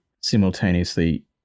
simultaneously